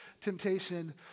temptation